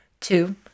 two